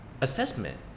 assessment